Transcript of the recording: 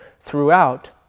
throughout